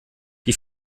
die